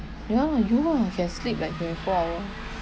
ya lah you ah can sleep like twenty four hour